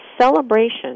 celebration